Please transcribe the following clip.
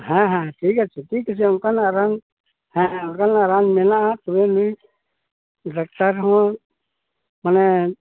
ᱦᱮᱸ ᱦᱮᱸ ᱴᱷᱤᱠ ᱟᱪᱷᱮ ᱴᱷᱤᱠ ᱟᱪᱷᱮ ᱚᱱᱠᱟᱱᱟᱜ ᱨᱟᱱ ᱦᱮᱸ ᱚᱱᱠᱟᱱᱟᱜ ᱨᱟᱱ ᱢᱮᱱᱟᱜᱼᱟ ᱛᱚᱵᱮ ᱱᱩᱭ ᱰᱟᱠᱛᱟᱨ ᱦᱚᱸ ᱢᱟᱱᱮ